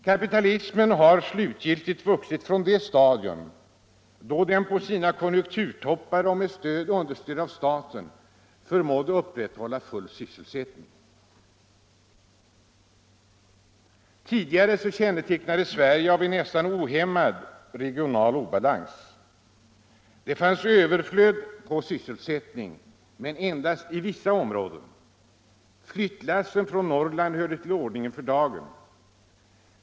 Kapitalismen har slutgiltigt vuxit från det stadium då den på sina konjunkturtoppar och med understöd av staten förmådde upprätthålla full sysselsättning. Tidigare kännetecknades utvecklingen i Sverige av en nästan ohämmad regional obalans. Det fanns överflöd av sysselsättning men endast i vissa områden. Flyttlassen från Norrland hörde till ordningen för dagen.